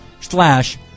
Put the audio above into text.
slash